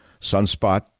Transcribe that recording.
Sunspot